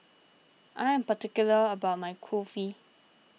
I am particular about my Kulfi